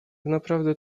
naprawdę